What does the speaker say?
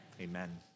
amen